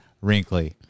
wrinkly